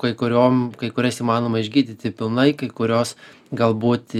kai kuriom kai kurias įmanoma išgydyti pilnai kai kurios galbūt